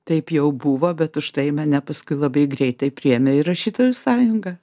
taip jau buvo bet už tai mane paskui labai greitai priėmė į rašytojų sąjungą